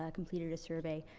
ah completed a survey,